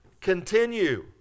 continue